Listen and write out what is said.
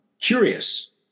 curious